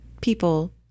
people